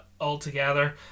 altogether